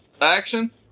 action